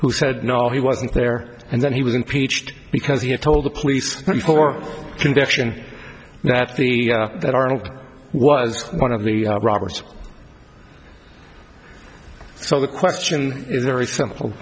who said no he wasn't there and then he was impeached because he had told the police before conviction that the that arnold was one of the robbers so the question is very simple